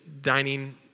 dining